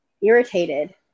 irritated